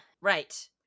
Right